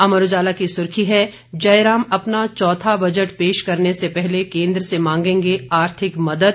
अमर उजाला की सुर्खी है जयराम अपना चौथा बजट पेश करने से पहले केंद्र से मांगेंगे आर्थिक मदद